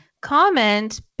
comment